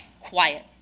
quiet